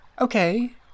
Okay